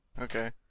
Okay